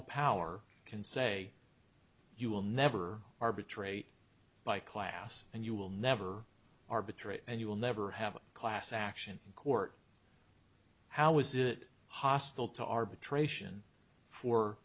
the power can say you will never arbitrate by class and you will never arbitrate and you will never have a class action court how is it hostile to arbitration for